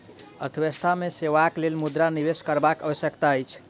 अर्थव्यवस्था मे सेवाक लेल मुद्रा निवेश करबाक आवश्यकता अछि